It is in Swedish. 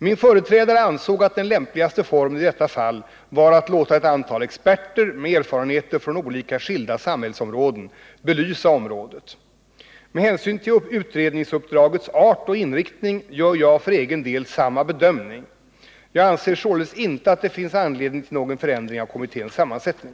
Min företrädare ansåg att den lämpligaste formen i detta fall var att låta ett antal experter med erfarenheter från skilda samhällsområden belysa området. Med hänsyn till utredningsuppdragets art och inriktning gör jag för egen del samma bedömning. Jag anser således inte att det finns anledning till någon förändring av kommitténs sammansättning.